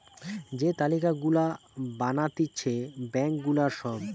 যে তালিকা গুলা বানাতিছে ব্যাঙ্ক গুলার সব